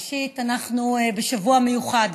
ראשית, אנחנו בשבוע מיוחד,